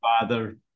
father